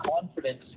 confidence